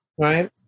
Right